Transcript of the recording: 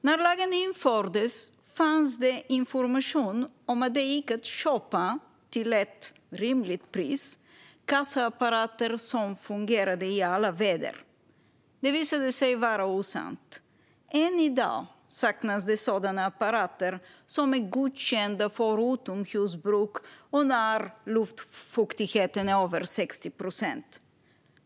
När lagen infördes fanns det information om att det till ett rimligt pris gick att köpa kassaapparater som fungerade i alla väder. Det visade sig vara osant. Än i dag saknas det sådana apparater som är godkända för utomhusbruk och när luftfuktigheten är över 60 procent.